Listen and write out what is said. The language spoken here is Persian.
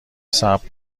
صبر